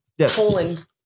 Poland